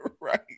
Right